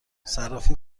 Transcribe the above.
صرافی